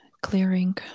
clearing